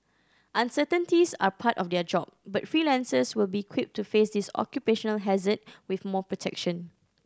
uncertainties are part of their job but freelancers will be equipped to face this occupational hazard with more protection